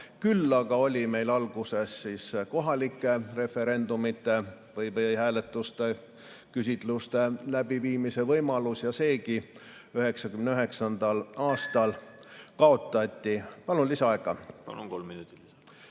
Küll aga oli meil alguses kohalike referendumite või hääletuste, küsitluste läbiviimise võimalus. Seegi 1999. aastal kaotati. Palun lisaaega. Palun! Kolm minutit.